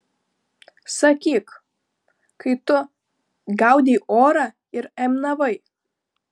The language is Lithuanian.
sakyk kai tu gaudei orą ir aimanavai